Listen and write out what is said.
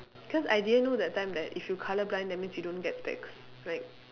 cause I didn't know that time that if you colour blind that means you don't get specs like